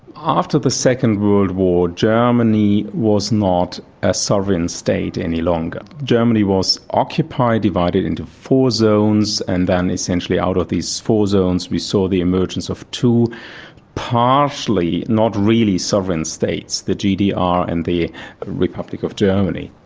after the second world war, germany was not a sovereign state any longer. germany was occupied, divided into four zones, and then essentially out of these four zones we saw the emergence of two partially, not really, sovereign states the gdr and the republic of germany.